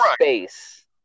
space